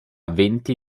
venti